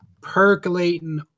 percolating